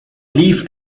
leaf